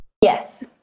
Yes